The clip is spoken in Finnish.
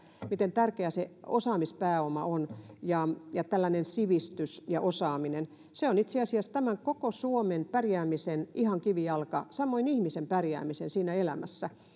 miten tärkeä se osaamispääoma ja ja tällainen sivistys ja osaaminen ovat se on itse asiassa koko suomen pärjäämisen kivijalka samoin ihmisen pärjäämisen siinä elämässä